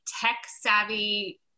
tech-savvy